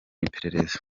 iperereza